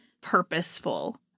purposeful